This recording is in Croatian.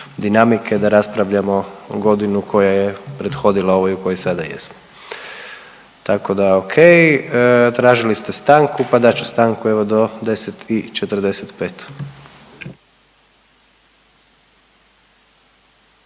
dinamike da raspravljamo godinu koja je prethodila ovoj u kojoj sada jesmo. Tako da ok. Tražili ste stanku pa dat ću stanku evo do 10:45.